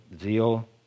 zeal